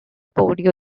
board